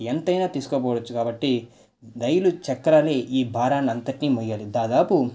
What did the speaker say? ఎంతైనా తీసుకుపోవచ్చు కాబట్టి రైలు చక్రాలే ఈ భారాన్ని అంతటినీ మోయాలి దాదాపు